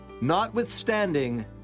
Notwithstanding